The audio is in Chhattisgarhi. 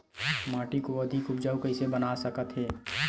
माटी को अधिक उपजाऊ कइसे बना सकत हे?